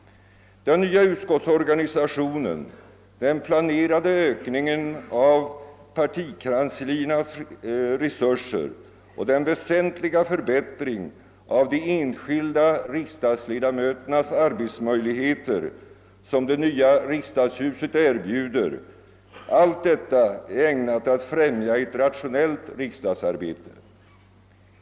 Den nya utskottsorganisationen, den planerade ökningen av partigruppernas kansliresurser och den väsentliga förbättring av de enskilda riksdagsledamöternas arbetsmöjligheter, som det nya riksdagshuset erbjuder, allt detta är ägnat att främja ett rationellt riksdagsarbete.